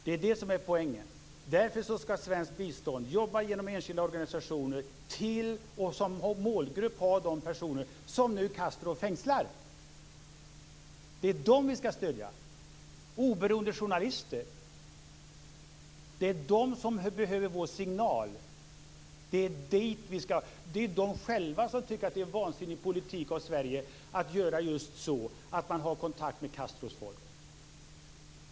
Det är det som är poängen. Därför skall svenskt bistånd arbeta genom enskilda organisationer och som målgrupp ha de personer som Castro nu fängslar. Det är dem som vi skall stödja. Det är oberoende journalister som behöver vår signal. Det är de själva som tycker att det är en vansinnig politik av Sverige att ha kontakt med Castros folk.